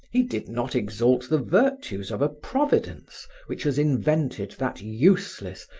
he did not exalt the virtues of a providence which has invented that useless,